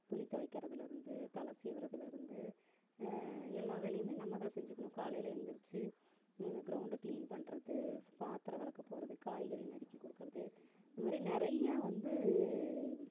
துணி துவைக்கிறதுலேர்ந்து தலை சீவுறதுலேருந்து எல்லா வேலையுமே நம்மதான் செஞ்சுக்கிணும் காலையில் எழுந்திரிச்சி இந்த கிரௌண்டை கிளீன் பண்ணுறது பாத்திரம் விளக்க போகிறது காய்கறி நறுக்கி கொடுக்குறது இது மாதிரி நிறையா வந்து